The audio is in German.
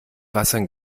wassern